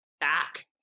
back